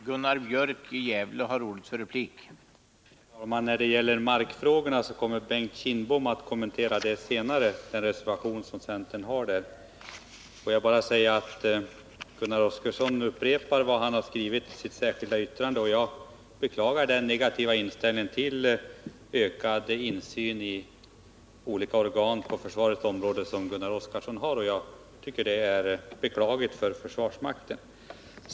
Herr talman! När det gäller markfrågorna kommer Bengt Kindbom senare att kommentera den reservation centern har. Gunnar Oskarson upprepar vad han har skrivit i sitt särskilda yttrande. Jag tycker att hans negativa inställning till ökad insyn i olika organ på försvarets område är beklaglig för försvarsmakten.